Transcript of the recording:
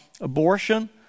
abortion